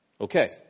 Okay